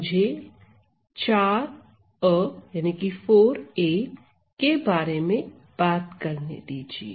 मुझे 4a के बारे में बात करने दीजिए